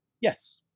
Yes